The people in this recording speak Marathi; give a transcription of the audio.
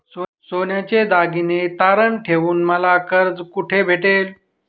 सोन्याचे दागिने तारण ठेवून मला कर्ज कुठे भेटेल?